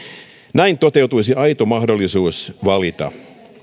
näin toteutuisi aito mahdollisuus valita